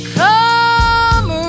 come